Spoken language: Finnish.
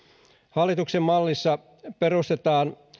hallituksen mallissa perustetaan